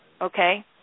okay